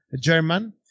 German